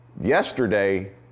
Yesterday